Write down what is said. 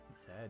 Sad